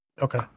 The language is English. Okay